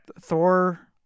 Thor